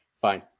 Fine